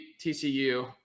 TCU